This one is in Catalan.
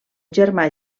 germà